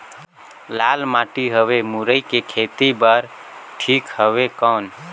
लाल माटी हवे मुरई के खेती बार ठीक हवे कौन?